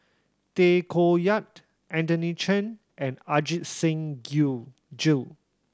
Tay Koh Yat Anthony Chen and Ajit Singh Gill